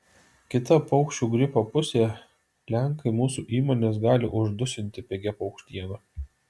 kita paukščių gripo pusė lenkai mūsų įmones gali uždusinti pigia paukštiena